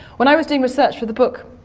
when i was doing research for the book,